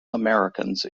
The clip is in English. americans